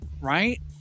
Right